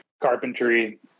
carpentry